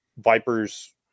Vipers –